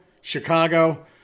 Chicago